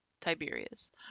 Tiberius